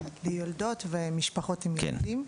ליולדות ומשפחות עם ילדים.